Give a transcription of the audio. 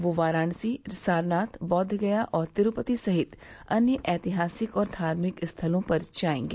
वो वाराणसी सारनाथ बौद्धगया और तिरूपति सहित अन्य ऐतिहासिक और धार्मिक स्थलों पर जायेंगे